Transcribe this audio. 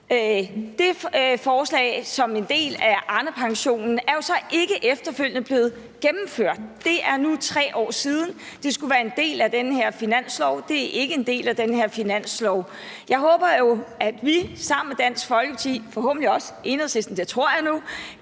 Det forslag som en del af Arnepensionen er jo så ikke efterfølgende blevet gennemført, og det er nu 3 år siden. Det skulle være en del af den her finanslov, men det er ikke en del af den her finanslov. Jeg håber jo, at vi sammen med Dansk Folkeparti og forhåbentlig også Enhedslisten, og det tror jeg nu,